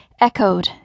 echoed